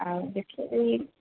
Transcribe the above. ଆଉ ଦେଖିଦେବେ